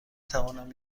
توانم